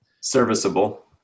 serviceable